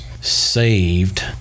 saved